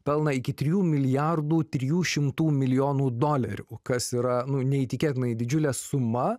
pelną iki trijų milijardų trijų šimtų milijonų dolerių kas yra nu neįtikėtinai didžiulė suma